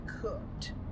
cooked